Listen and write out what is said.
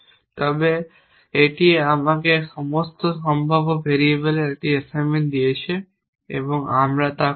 তবে এটি আমাকে সমস্ত সম্ভাব্য ভেরিয়েবলের একটি অ্যাসাইনমেন্ট দিয়েছে এবং আমরা তা করব